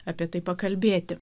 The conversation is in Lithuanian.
apie tai pakalbėti